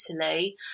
Italy